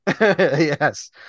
Yes